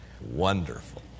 wonderful